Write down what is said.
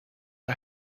our